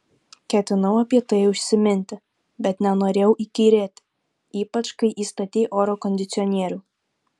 ketinau apie tai užsiminti bet nenorėjau įkyrėti ypač kai įstatei oro kondicionierių